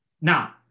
Now